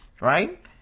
Right